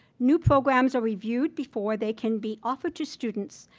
new programs are reviewed before they can be offered to students,